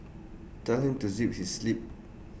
tell him to zip his lip